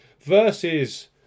versus